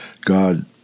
God